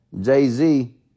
Jay-Z